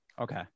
okay